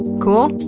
cool?